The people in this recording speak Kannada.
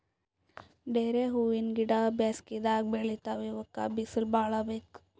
ಡೇರೆ ಹೂವಿನ ಗಿಡ ಬ್ಯಾಸಗಿದಾಗ್ ಬೆಳಿತಾವ್ ಇವಕ್ಕ್ ಬಿಸಿಲ್ ಭಾಳ್ ಬೇಕ್